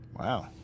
wow